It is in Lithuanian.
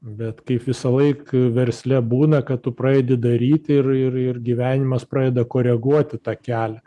bet kaip visąlaik versle būna kad tu pradedi daryti ir ir ir gyvenimas pradeda koreguoti tą kelią